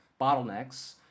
bottlenecks